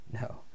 no